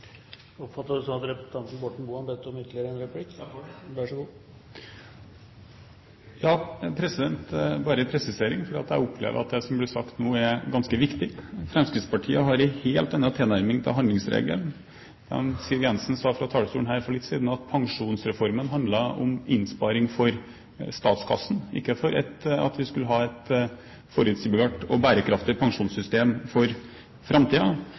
det. Vær så god! Det er bare en presisering, fordi jeg opplever at det som blir sagt nå, er ganske viktig. Fremskrittspartiet har en helt annen tilnærming til handlingsregelen. Siv Jensen sa fra talerstolen her for litt siden at Pensjonsreformen handlet om innsparing for statskassen, ikke at vi skulle ha et forutsigbart og bærekraftig pensjonssystem for